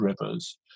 rivers